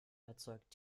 erzeugt